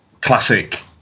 classic